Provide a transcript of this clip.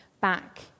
back